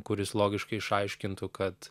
kuris logiškai išaiškintų kad